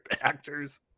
actors